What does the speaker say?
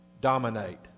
dominate